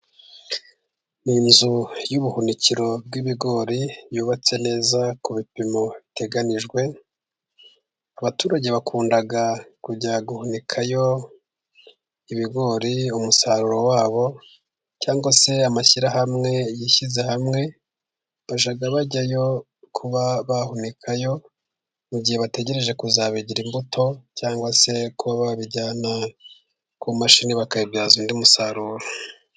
Inzu y'ubuhunikiro bw'ibigori yubatse neza ku bipimo biteganijwe, abaturage bakunda kujya guhunikayo ibigori umusaruro wabo cyangwa se amashyirahamwe yishyize hamwe bajya bajyayo kuba bahunikayo, mu gihe bategereje kuzabigira imbuto cyangwa se kuba babijyana ku mashini bakabibyaza undi musaruro.